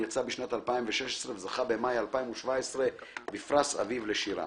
יצא בשנת 2016 וזכה בשנת 2017 בפרס אביב לשירה.